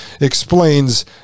explains